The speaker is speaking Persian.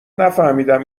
نفهمیدم